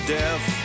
death